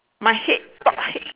my head top head